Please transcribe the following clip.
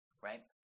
right